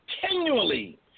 continually